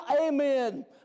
Amen